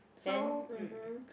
so mmhmm